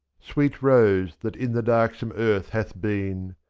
sweet rose that in the darksome earth hath been,